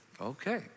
Okay